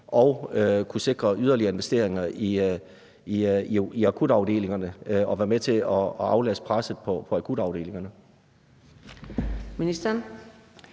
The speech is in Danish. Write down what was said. og sikre yderligere investeringer i akutafdelingerne og være med til at aflaste presset på akutafdelingerne.